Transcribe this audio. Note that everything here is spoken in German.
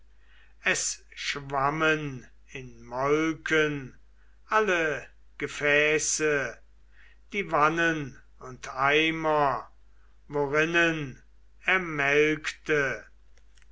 es schwammen in molken alle gefäße die wannen und eimer worinnen er